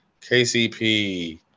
KCP